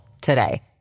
today